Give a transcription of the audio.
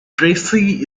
tracy